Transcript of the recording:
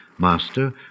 Master